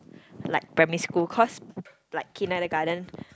like primary school cause like kindergarten